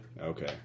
Okay